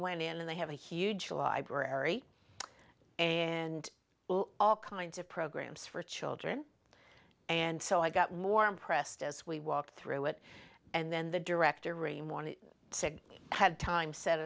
went in and they have a huge library and all kinds of programs for children and so i got more impressed as we walked through it and then the director a morning had time set